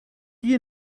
you